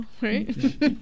right